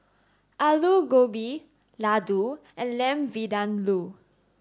Alu Gobi Ladoo and Lamb Vindaloo